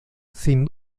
sin